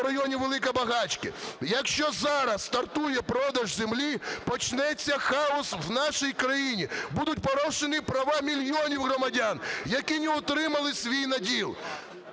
Якщо зараз стартує продаж землі, почнеться хаос в нашій країні, будуть порушені права мільйонів громадян, які не отримали свій наділ.